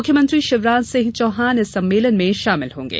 मुख्यमंत्री शिवराज सिंह चौहान इस सम्मेलन में शामिल होंगे